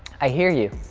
i hear you,